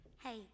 Hey